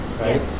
right